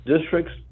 districts